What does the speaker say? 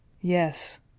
Yes